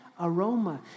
aroma